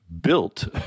built